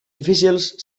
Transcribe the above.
difícils